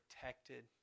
protected